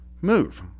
move